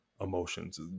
emotions